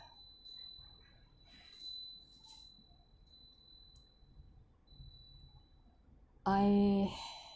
I